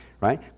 right